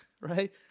right